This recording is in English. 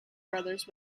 brothers